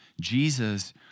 Jesus